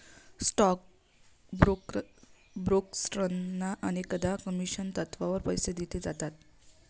stock ब्रोकर्सना अनेकदा commission तत्त्वावर पैसे दिले जातात